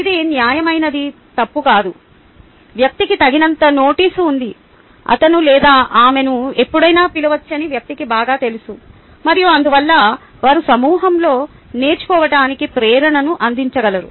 ఇది న్యాయమైనది తప్పు కాదు వ్యక్తికి తగినంత నోటీసు ఉంది అతను లేదా ఆమెను ఎప్పుడైనా పిలవవచ్చని వ్యక్తికి బాగా తెలుసు మరియు అందువల్ల వారు సమూహంలో నేర్చుకోవటానికి ప్రేరణను అందించగలరు